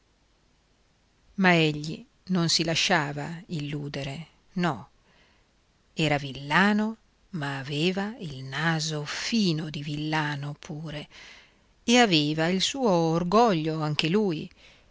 ma egli non si lasciava illudere no era villano ma aveva il naso fino di villano pure e aveva il suo orgoglio anche lui